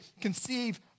conceive